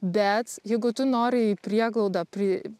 bet jeigu tu nori į prieglaudą pri